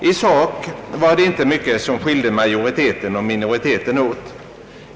I sak var det inte mycket som skilde majoriteten och minoriteten åt.